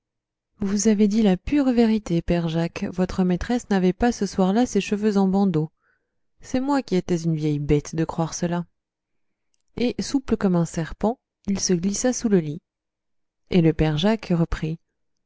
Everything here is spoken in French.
vous avez dit la pure vérité père jacques votre maîtresse n'avait pas ce soir-là ses cheveux en bandeaux c'est moi qui étais une vieille bête de croire cela et souple comme un serpent il se glissa sous le lit et le père jacques reprit